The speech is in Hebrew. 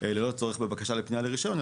ללא צורך בבקשה לפנייה לרישיון,